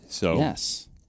Yes